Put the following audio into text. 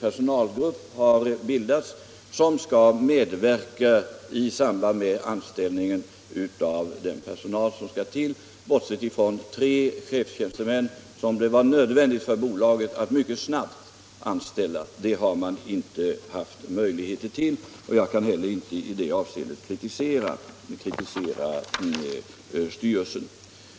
personalgrupp har bildats som skall medverka vid anställningen av den personal som skall till, bortsett från tre chefstjänstemän som det var nödvändigt för bolaget att anställa mycket snabbt. På den punkten har man inte haft några möjligheter till samråd, och jag kan inte heller i det avseendet kritisera styrelsen.